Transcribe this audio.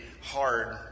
hard